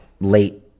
late